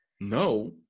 No